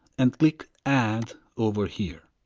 and click add over here.